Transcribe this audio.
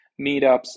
meetups